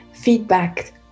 feedback